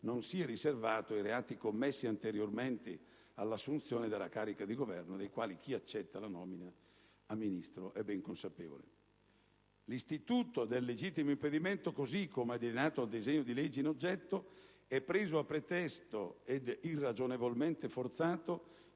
non sia riservato ai reati commessi anteriormente all'assunzione della carica di Governo, dei quali chi accetta la nomina a Ministro è ben consapevole. L'istituto del legittimo impedimento - così come è delineato dal disegno di legge in oggetto - è preso a pretesto ed irragionevolmente forzato